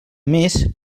més